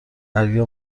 درگیر